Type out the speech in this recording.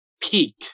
peak